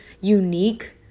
unique